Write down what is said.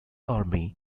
army